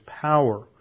power